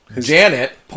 Janet